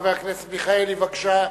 חבר הכנסת מיכאלי, בבקשה.